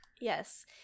Yes